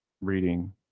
reading